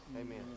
Amen